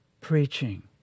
preaching